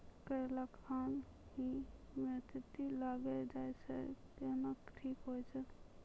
करेला खान ही मे चित्ती लागी जाए छै केहनो ठीक हो छ?